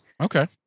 Okay